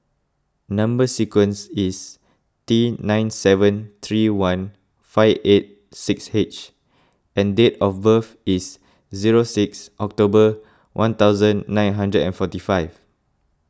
Number Sequence is T nine seven three one five eight six H and date of birth is zero six October one thousand nine hundred and forty five